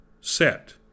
set